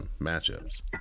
matchups